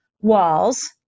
walls